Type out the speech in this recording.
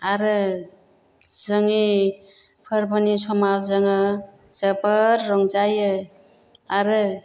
आरो जोंनि फोरबोनि समाव जोङो जोबोर रंजायो आरो